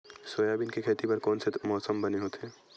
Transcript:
Soybean के खेती बर कोन से मौसम बने होथे?